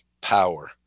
power